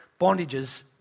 bondages